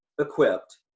equipped